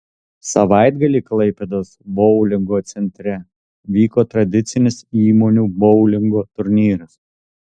savaitgalį klaipėdos boulingo centre vyko tradicinis įmonių boulingo turnyras